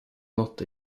not